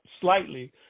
slightly